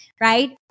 Right